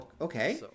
Okay